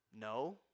No